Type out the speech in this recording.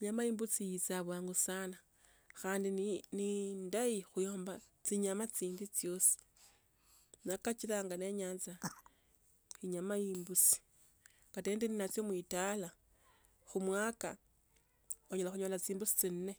inyama imbusi yicha bwangu sana. Khandi ni ni indayi kuyomba chinyama chindi chwosi. Nekachila niyaanza imbusi. Inyama ya imbusi kata ni nachwo muitula kumwaka onyola kunyola chimbusi chinne.